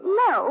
no